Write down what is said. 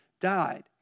died